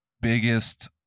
biggest